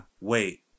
wait